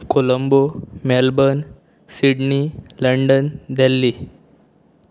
Colombo Melbourne Sydney London Delhi